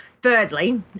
Thirdly